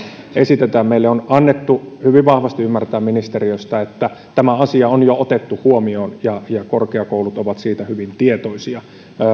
esitetään meidän on annettu hyvin vahvasti ymmärtää ministeriöstä että tämä asia on jo otettu huomioon ja korkeakoulut ovat siitä hyvin tietoisia